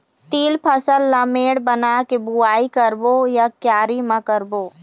तील फसल ला मेड़ बना के बुआई करबो या क्यारी म करबो?